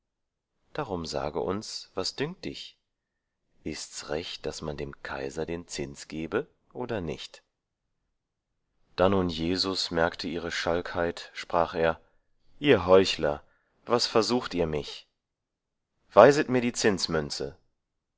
darum sage uns was dünkt dich ist's recht daß man dem kaiser den zins gebe oder nicht da nun jesus merkte ihre schalkheit sprach er ihr heuchler was versucht ihr mich weiset mir die